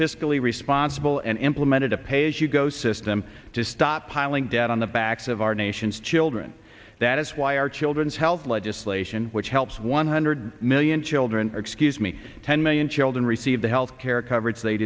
fiscally responsible and implemented a pay as you go system to stop piling debt on the backs of our nation's children that is why our children's health legislation which helps one hundred million children or excuse me ten million children receive the health care coverage they